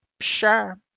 Sure